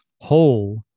whole